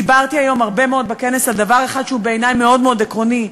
דיברתי היום הרבה מאוד בכנס על דבר אחד שהוא בעיני מאוד מאוד עקרוני,